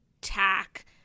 tack